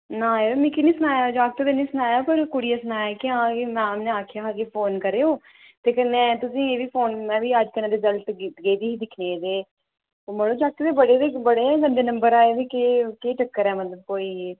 ना यरो मिकी निं सनाया जाकत नै नि सनाया पर कुड़ियै सनाया कि हां कि मैम ने आखेआ हा कि फोन करेओ ते कन्नै तुसें एह् बी फोन में बी अज्ज कन्नै रिजल्ट गेदी ही दिक्खने ते ओह् मढ़ो जाकत दे बड़े ते बड़े गै गंदे नंबर आए दे केह् केह् चक्कर ऐ मतलब कोई